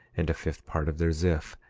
and a fifth part of their ziff,